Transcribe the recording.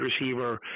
receiver